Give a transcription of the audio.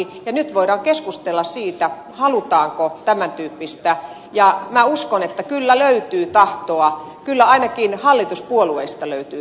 ja nyt voidaan keskustella siitä halutaanko tämän tyyppistä ja minä uskon että kyllä löytyy tahtoa kyllä ainakin hallituspuolueista löytyy tahtoa